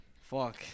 Fuck